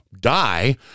die